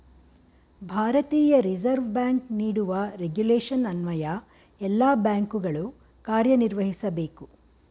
ಭಾರತೀಯ reserve bank ನೀಡುವ regulation ಅನ್ವಯ ಎಲ್ಲ ಬ್ಯಾಂಕುಗಳು ಕಾರ್ಯನಿರ್ವಹಿಸಬೇಕು